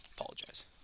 Apologize